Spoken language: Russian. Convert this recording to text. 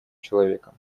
человека